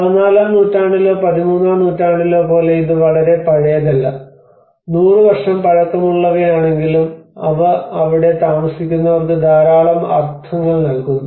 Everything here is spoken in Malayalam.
പതിനാലാം നൂറ്റാണ്ടിലോ പതിമൂന്നാം നൂറ്റാണ്ടിലോ പോലെ ഇത് വളരെ പഴയതല്ല 100 വർഷം പഴക്കമുള്ളവയാണെങ്കിലും അവ അവിടെ താമസിക്കുന്നവർക്ക് ധാരാളം അർത്ഥങ്ങൾ നൽകുന്നു